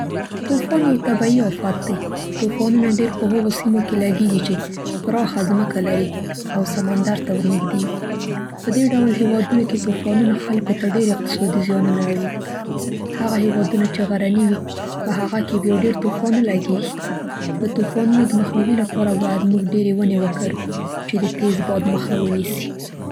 طوفان یو طبیعي آفت دی. طوفانونه ډېر په هغو سیمو کې لګېږي چې پراخه ځمکه لري او سمندر ته ور نږدې وي. په دې ډول هېوادونو کې طوفانونه خلکو ته ډېر اقتصادي زیانونه اړوي. هغه هېوادونه چې غرني وي په هغه بیا ډېر طوفان نه لګېږي. د طوفانونو د مخنیوي لپاره باید موږ ډېرې ونې وکرو چې د تېز باد مخه ونیسي.